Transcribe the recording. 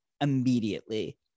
immediately